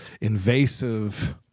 invasive